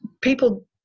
people